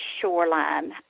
shoreline